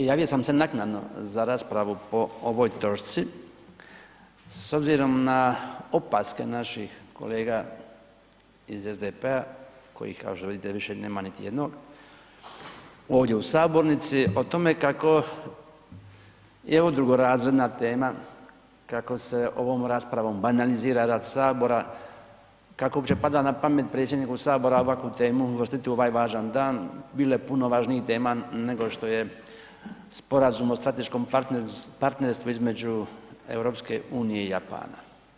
Javio sam se naknadno za raspravu po ovoj točci s obzirom na opaske naših kolega iz SDP-a koji kažu vidite a vidite više nema niti jednog ovdje u sabornici o tome kako je ovo drugorazredna tema, kako se ovom raspravom banalizira rad Sabora, kako uopće pada na pamet predsjedniku Sabora ovakvu temu uvrstiti u ovaj važan dan, bilo je puno važnijih tema nego što je Sporazum o strateškom partnerstvu između EU i Japana.